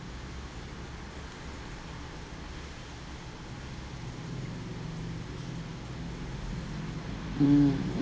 mm